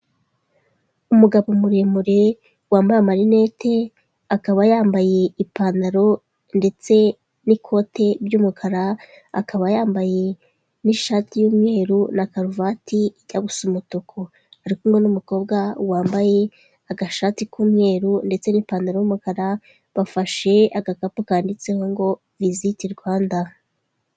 Umugabo muremure wambaye amarinete, akaba yambaye ipantaro ndetse n'ikoti ry'umukara, akaba yambaye n'ishati y'umweru na karuvati ijya gusa umutuku, ari kumwe n'umukobwa wambaye agashati k'umweru ndetse n'ipantaro y'umukara bafashe agakapu kanditseho ngo visiti Rwanda.